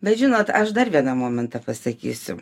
bet žinot aš dar vieną momentą pasakysiu